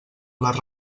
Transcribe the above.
les